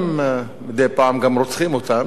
מדי פעם גם רוצחים אותם, גם זה טרור,